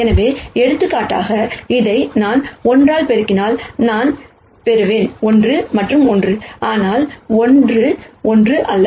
எனவே எடுத்துக்காட்டாக இதை நான் 1 ஆல் பெருக்கினால் நான் பெறுவேன் 1 மற்றும் 1 ஆனால் 1 1 அல்ல